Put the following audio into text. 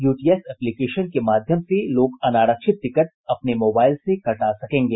UTS application के माध्यम से लोग अनारक्षित टिकट अपने मोबाईल से कटा सकेंगे